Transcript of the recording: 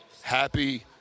happy